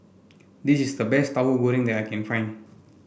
this is the best Tauhu Goreng that I can find